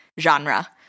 genre